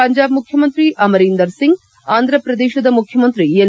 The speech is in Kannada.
ಪಂಜಾಬ್ ಮುಖ್ಯಮಂತ್ರಿ ಅಮರೀಂದರ್ ಸಿಂಗ್ ಆಂಧ್ರಪ್ರದೇಶದ ಮುಖ್ಯಮಂತ್ರಿ ಎನ್